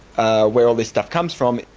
ah where all this stuff comes from,